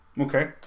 Okay